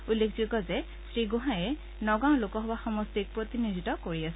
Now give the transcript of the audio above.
উল্লেখযোগ্য যে শ্ৰীগোহাঁইয়ে নগাঁও লোকসভা সমষ্টিক প্ৰতিনিধিত্ব কৰি আছে